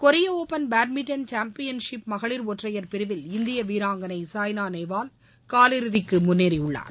கொரிய open badminton championship மகளிர் ஒற்றையர் பிரிவில் இந்திய வீராங்கனை சாய்னா நேவால் கால் இறுதிக்கு முன்னேறியுள்ளார்